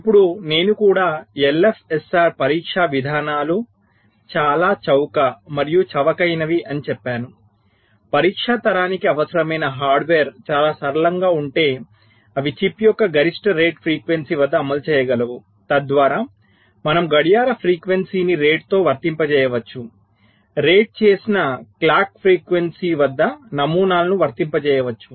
ఇప్పుడు నేను కూడా LFSR పరీక్షా విధానాలు చాలా చౌక మరియు చవకైనవి అని చెప్పాను పరీక్ష తరానికి అవసరమైన హార్డ్వేర్ చాలా సరళంగా ఉంటే అవి చిప్ యొక్క గరిష్ట రేట్ ఫ్రీక్వెన్సీ వద్ద అమలు చేయగలవు తద్వారా మనం గడియార ఫ్రీక్వెన్సీని రేటుతో వర్తింపజేయవచ్చు రేట్ చేసిన క్లాక్ ఫ్రీక్వెన్సీ వద్ద నమూనాలను వర్తింపజేయవచ్చు